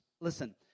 Listen